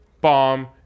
bomb